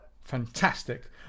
Fantastic